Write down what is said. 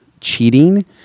Cheating